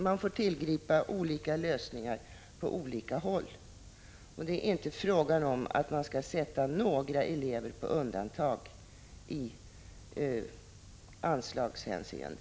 Man får 19 tillgripa olika lösningar på olika håll, och det är inte fråga om att sätta några elever på undantag i anslagshänseende.